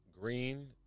green